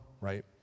right